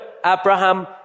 Abraham